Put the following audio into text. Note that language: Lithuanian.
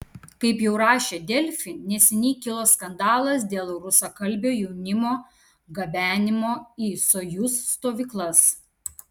kaip jau rašė delfi neseniai kilo skandalas dėl rusakalbio jaunimo gabenimo į sojuz stovyklas